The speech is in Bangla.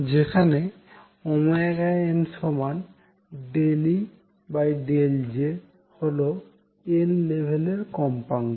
যেখানে n∂E∂J হল n লেভেলের কম্পাঙ্ক